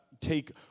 take